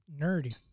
nerdy